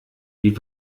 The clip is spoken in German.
die